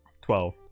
Twelve